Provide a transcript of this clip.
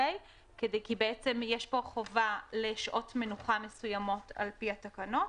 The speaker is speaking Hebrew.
כי יש פה חובה לשעות מנוחה מסוימות על פי התקנות.